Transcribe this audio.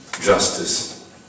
justice